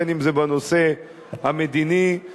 בין שזה בנושא המדיני-ביטחוני.